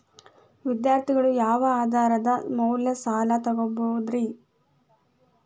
ವಿದ್ಯಾರ್ಥಿಗಳು ಯಾವ ಆಧಾರದ ಮ್ಯಾಲ ಸಾಲ ತಗೋಬೋದ್ರಿ?